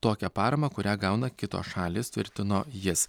tokią paramą kurią gauna kitos šalys tvirtino jis